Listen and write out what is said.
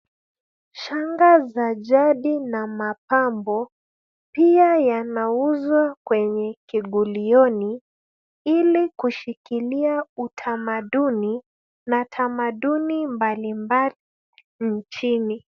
Shanga za jadi na mapambo, pia yanauzwa kwenye kigulioni, ili kushikilia utamaduni na tamaduni mbalimbali nchini.